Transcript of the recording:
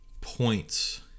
points